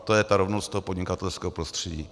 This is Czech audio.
To je rovnost podnikatelského prostředí.